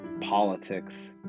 politics